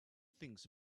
things